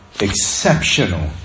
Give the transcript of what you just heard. Exceptional